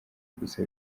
gusa